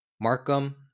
Markham